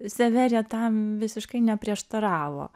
severija tam visiškai neprieštaravo